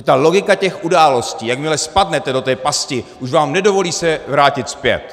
Protože logika těch událostí, jakmile spadnete do té pasti, už vám nedovolí se vrátit zpět.